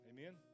Amen